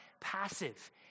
passive